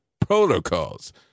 protocols